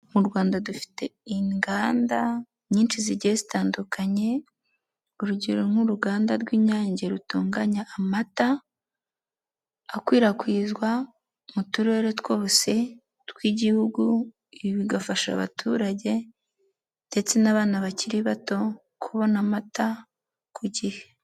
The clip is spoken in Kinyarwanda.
Mu rwanda dufite inganda, nyinshi zigiye zitandukanye, urugero nk'uruganda rw'Inyange rutunganya amata, akwirakwizwa, mu turere twose tw'Igihugu, ibi bigafasha abaturage ndetse n'abana bakiri bato, kubona amata ku gihe.